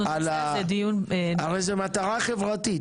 הרי זה מטרה חברתית.